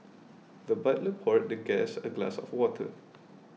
the butler poured the guest a glass of water